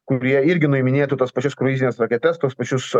kurie irgi nuiminėtų tas pačias kruizines raketas tuos pačius